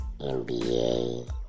NBA